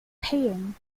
paying